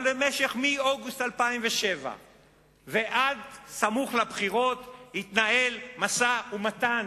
אבל מאוגוסט 2007 ועד סמוך לבחירות התנהל משא-ומתן